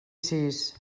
sis